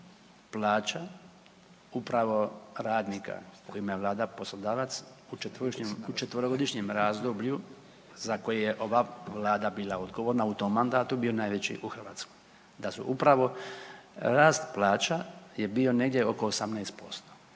upravo rast plaća je bio negdje oko 18%.